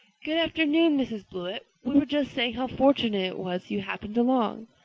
good afternoon, mrs. blewett. we were just saying how fortunate it was you happened along.